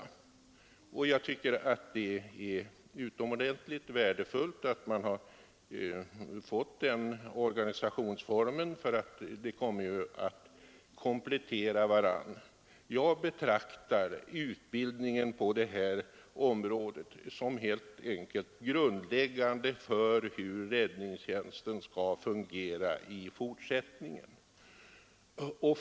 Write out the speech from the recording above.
De kommer att komplettera varandra, och jag tycker att det är utomordentligt värdefullt att man har fått den organisationsformen. Jag betraktar utbildningen på detta område som helt enkelt grundläggande för hur räddningstjänsten skall fungera i fortsättningen.